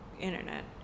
internet